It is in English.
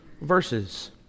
verses